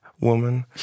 woman